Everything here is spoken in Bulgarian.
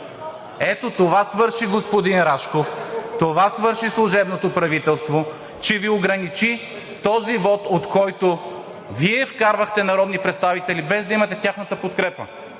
Ето това свърши господин Рашков, това свърши служебното правителство, че Ви ограничи този вот, от който Вие вкарвахте народни представители, без да имате тяхната подкрепа.